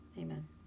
amen